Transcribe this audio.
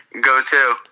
go-to